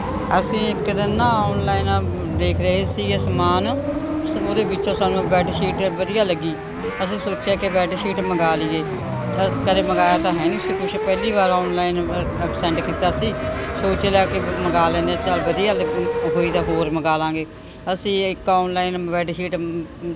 ਅਸੀਂ ਇੱਕ ਦਿਨ ਨਾ ਆਨਲਾਈਨ ਦੇਖ ਰਹੇ ਸੀਗੇ ਸਮਾਨ ਉਹਦੇ ਵਿੱਚੋਂ ਸਾਨੂੰ ਬੈਡ ਸ਼ੀਟ ਵਧੀਆ ਲੱਗੀ ਅਸੀਂ ਸੋਚਿਆ ਕਿ ਬੈਡ ਸ਼ੀਟ ਮੰਗਾ ਲਈਏ ਕਦੇ ਮੰਗਾਇਆ ਤਾਂ ਹੈ ਨਹੀਂ ਸੀ ਕੁਛ ਪਹਿਲੀ ਵਾਰ ਔਨਲਾਈਨ ਸੈਂਡ ਕੀਤਾ ਸੀ ਸੋਚ ਲਿਆ ਕਿ ਮੰਗਾ ਲੈਂਦੇ ਹਾਂ ਚੱਲ ਵਧੀਆ ਲੱਗ ਹੋਈ ਤਾਂ ਹੋਰ ਮੰਗਾਲਾਂਗੇ ਅਸੀਂ ਇੱਕ ਔਨਲਾਈਨ ਬੈੱਡ ਸ਼ੀਟ